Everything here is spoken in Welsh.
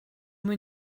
mwy